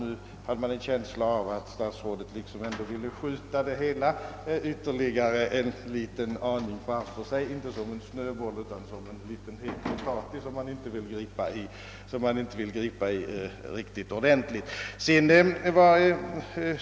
Det verkade nu som om statsrådet ville skjuta frågan ytterligare något framför sig, dock inte såsom man rullar en snöboll utan mera som om det vore fråga om en het potatis som man inte ordentligt vill gripa tag i.